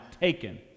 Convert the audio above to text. taken